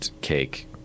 cake